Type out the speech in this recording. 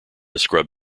scrub